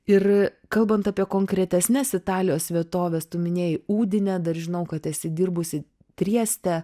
ir kalbant apie konkretesnes italijos vietoves tu minėjai udinę dar žinau kad esi dirbusi trieste